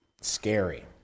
scary